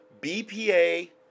BPA